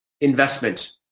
investment